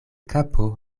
kapo